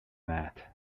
that